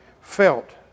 felt